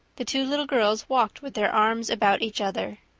the two little girls walked with their arms about each other.